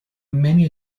many